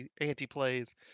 anti-plays